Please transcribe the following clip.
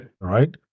right